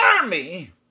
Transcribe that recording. army